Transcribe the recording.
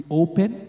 open